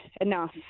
enough